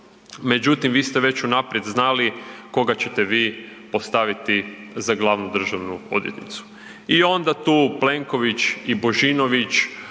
Međutim, vi ste već unaprijed znali koga ćete vi postaviti za glavnu državnu odvjetnicu. I onda tu Plenković i Božinović